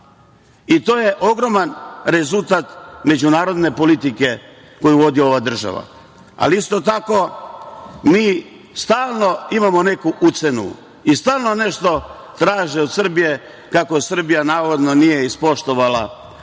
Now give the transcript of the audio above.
I to je ogroman rezultat međunarodne politike koju vodi ova država. Isto tako, mi stalno imamo neku ucenu i stalno nešto traže od Srbije, kako Srbija navodno nije ispoštovala.